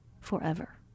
forever